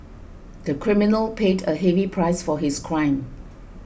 the criminal paid a heavy price for his crime